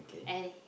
and